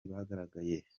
bagaragaye